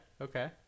okay